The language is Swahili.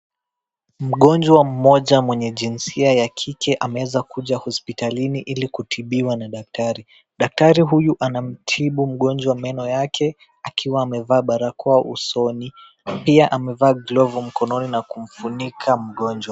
Mgonjwa mmoja mwenye jinsia ya kike ameweza kuja hospitalini ilikutibiwa na daktari. Daktari huyu anamtibu mgonjwa meno yake akiwa amevaa barakoa usoni. Pia amevaa glovu mkononi na kumfunika mgonjwa.